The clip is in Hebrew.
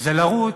זה לרוץ,